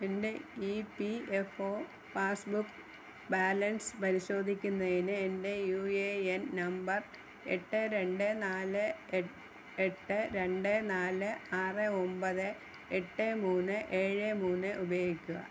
എന്റെ E P F O passbook balance പരിശോധിക്കുന്നതിന് എന്റെ യൂ ഏ എൻ നമ്പർ എട്ട് രണ്ട് നാല് എട്ട് രണ്ട് നാല് ആറ് ഒൻപത് എട്ട് മൂന്ന് ഏഴ് മൂന്ന് ഉപയോഗിക്കുക